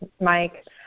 Mike